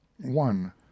one